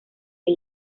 que